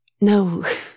No